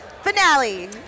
Finale